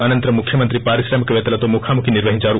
అనంతరం ముఖ్యమంత్రి పారిశ్రామికపేత్తలతో ముఖాముఖి నిర్వహిందారు